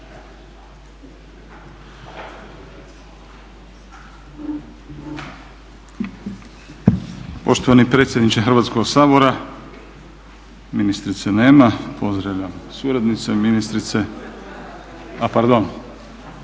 Poštovani predsjedniče Hrvatskoga sabora, ministrice nema, pozdravljam suradnice ministrice. … /Upadica